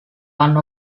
one